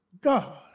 God